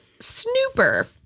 Snooper